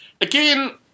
again